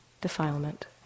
defilement